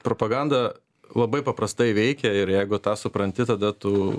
propaganda labai paprastai veikia ir jeigu tą supranti tada tu